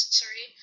sorry